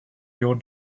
your